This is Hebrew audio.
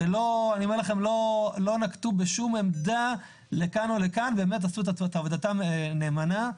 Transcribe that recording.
שלא נקטו שום עמדה לכאן או לכאן ועשו את עבודתם נאמנה.